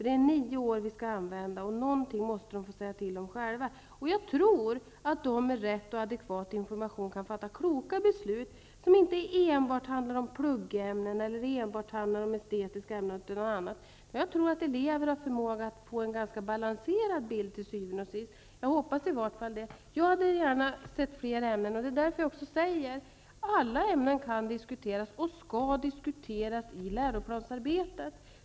Det gäller nio år, och någonting måste de få säga till om själva. Med riktig och adekvat information kan de nog fatta kloka beslut, som inte enbart handlar om pluggämnen eller estetiska ämnen. Jag tror att eleverna till syvende och sist har förmåga att få en ganska balanserad bild. Därför säger jag att alla ämnen kan och skall diskuteras i läroplansarbetet.